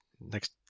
next